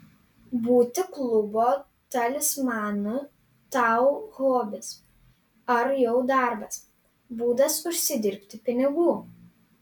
būti klubo talismanu tau hobis ar jau darbas būdas užsidirbti pinigų